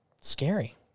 scary